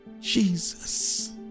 Jesus